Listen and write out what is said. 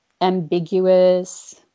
ambiguous